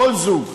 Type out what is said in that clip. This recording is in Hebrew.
כל זוג,